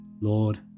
Lord